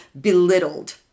belittled